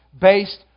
based